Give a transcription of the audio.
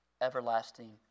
everlasting